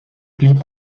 blieb